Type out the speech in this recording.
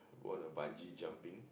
you want to bungee jumping